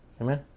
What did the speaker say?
Amen